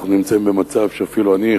אנחנו נמצאים במצב שאפילו אני,